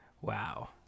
wow